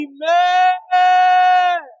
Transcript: Amen